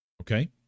Okay